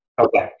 Okay